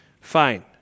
fine